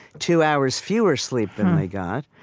two hours fewer sleep than they got,